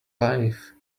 life